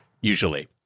usually